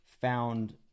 found